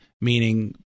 meaning